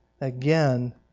again